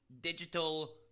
Digital